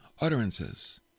utterances